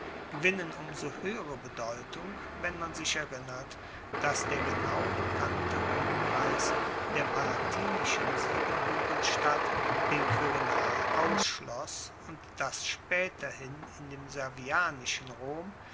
gewinnen um so hoehere bedeutung wenn man sich erinnert dass der genau bekannte umkreis der palatinischen siebenhuegelstadt den quirinal ausschloss und dass spaeterhin in dem servianischen rom